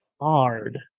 hard